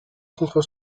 contre